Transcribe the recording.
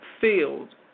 field